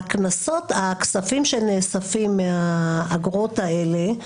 הכספים שנאספים מהאגרות האלה,